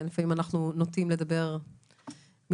לפעמים אני נוטים לדבר מלמעלה,